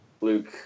Luke